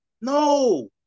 No